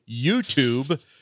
YouTube